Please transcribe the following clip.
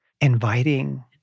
Inviting